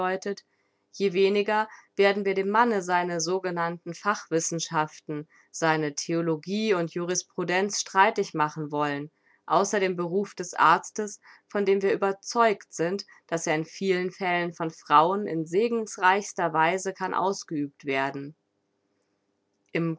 je weniger werden wir dem manne seine sogenannten fachwissenschaften seine theologie und jurisprudenz streitig machen wollen außer dem beruf des arztes von dem wir überzeugt sind daß er in vielen fällen von frauen in segensreichster weise kann ausgeübt werden im